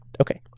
Okay